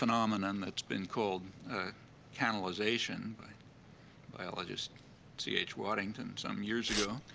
phenomenon that's been called canalization by biologist c. h. waddington some years ago.